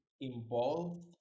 involved